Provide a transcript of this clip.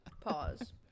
Pause